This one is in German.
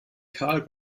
kahl